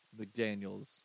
McDaniels